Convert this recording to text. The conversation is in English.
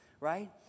right